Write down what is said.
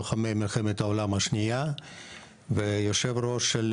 לוחמי מלחמת העולם השנייה ויושב ראש של